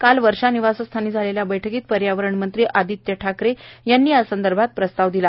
काल वर्षा निवासस्थानी झालेल्या बैठकीत पर्यावरण मंत्री आदित्य ठाकरे यांनी यासंदर्भात प्रस्ताव दिला